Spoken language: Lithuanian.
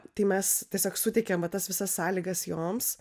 tai mes tiesiog suteikėm va tas visas sąlygas joms